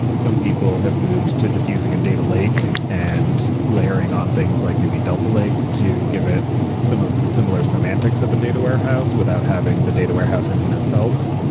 some people have moved to just using a data lake and layering on things like maybe delta lake to give it some of the similar semantics of a data warehouse without having the data warehouse engine itself.